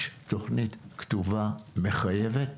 יש תוכנית כתובה מחייבת,